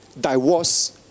divorce